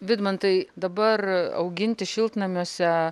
vidmantai dabar auginti šiltnamiuose